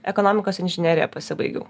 ekonomikos inžineriją pasibaigiau